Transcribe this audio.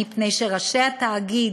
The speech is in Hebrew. מפני שראשי התאגיד,